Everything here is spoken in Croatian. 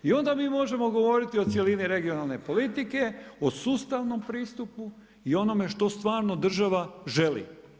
I onda mi možemo govoriti o cjelini regionalne politiku, o sustavnom pristupu i onome što stvarno država želi.